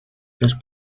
los